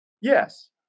Yes